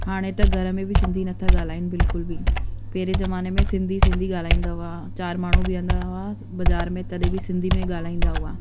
हाणे त घर में बि सिंधी नथा ॻाल्हाइनि बिल्कुल बि पहिरें ज़माने में सिंधी सिंधी ॻाल्हाईंदा हुआ चारि माण्हू बीहंदा हुआ त बाज़ारि में तॾहिं बि सिंधी में ॻाल्हाईंदा हुआ